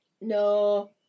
No